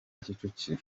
kicukiro